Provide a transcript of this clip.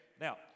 Now